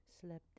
slept